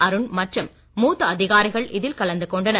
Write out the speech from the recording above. அருண் மற்றும் மூத்த அதிகாரிகள் இதில் கலந்து கொண்டனர்